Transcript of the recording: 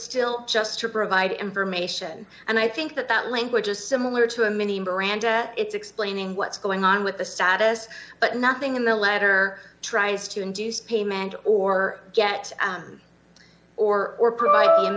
still just to provide information and i think that that language is similar to a mini miranda that it's explaining what's going on with the status but nothing in the latter tries to induce payment or get out or o